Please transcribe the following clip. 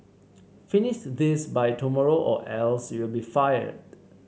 finish this by tomorrow or else you'll be fired